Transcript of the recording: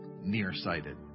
nearsighted